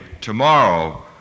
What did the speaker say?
tomorrow